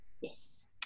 Yes